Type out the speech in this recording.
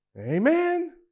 Amen